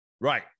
right